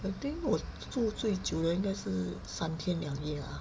I think was 住最久的应该是三天两夜啊